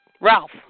Ralph